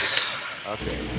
Okay